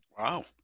Wow